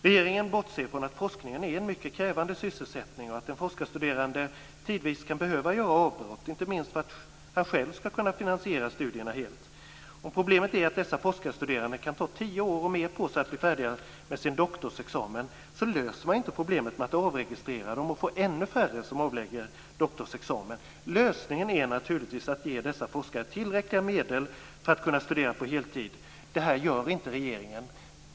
Regeringen bortser från att forskning är en mycket krävande sysselsättning och att en forskarstuderande tidvis kan behöva göra avbrott, inte minst för att han själv skall kunna finansiera studierna helt. Om problemet är att dessa forskarstuderande kan ta tio år och mer på sig för att bli färdiga med sin doktorsexamen, löser man inte problemet genom att avregistrera dem och därmed få ännu färre som avlägger doktorsexamen. Lösningen är naturligtvis att ge dessa forskare tillräckliga medel för att kunna studera på heltid. Detta gör inte regeringen.